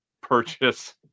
purchase